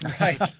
Right